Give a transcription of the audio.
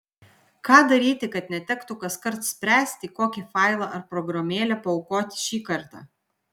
ką daryti kad netektų kaskart spręsti kokį failą ar programėlę paaukoti šį kartą